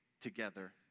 together